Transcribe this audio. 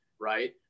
right